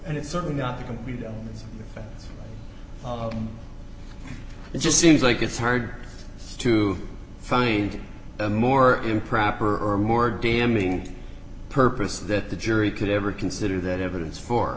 and it's certainly not the computer it's just seems like it's hard to find a more improper or more damning purpose that the jury could ever consider that evidence for